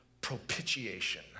propitiation